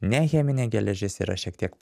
ne cheminė geležis yra šiek tiek